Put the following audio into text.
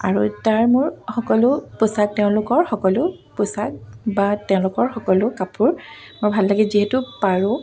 আৰু তাৰ মোৰ সকলো পোচাক তেওঁলোকৰ সকলো পোচাক বা তেওঁলোকৰ সকলো কাপোৰ মোৰ ভাল লাগে যিহেতু পাৰৌ